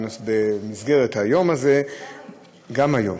במסגרת היום הזה -- גם היום.